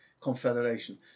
confederation